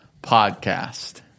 Podcast